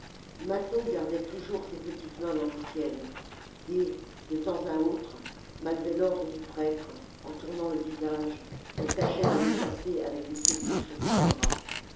mâtho gardait toujours ses petites mains dans les siennes et de temps à autre malgré l'ordre du prêtre en tournant le visage elle tâcnait de l'écarter avec des secousses de ses bras